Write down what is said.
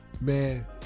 Man